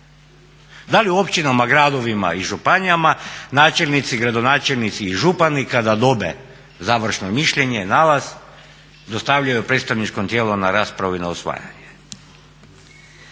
Da li u općinama, gradovima i županijama načelnici, gradonačelnici i župani kada dobiju završno mišljenje, nalaz dostavljaju predstavničkom tijelu na raspravu i na usvajanje?